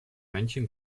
männchen